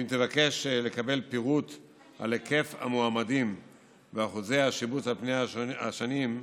אם תבקש לקבל פירוט על היקף המועמדים ואחוזי השיבוץ על פני השנים,